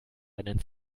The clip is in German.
deinen